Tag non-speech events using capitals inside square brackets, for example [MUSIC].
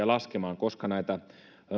[UNINTELLIGIBLE] laskemaan koska